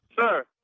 Sir